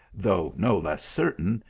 though no less certain,